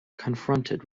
confronted